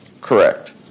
Correct